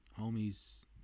homies